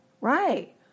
Right